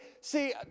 see